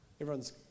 Everyone's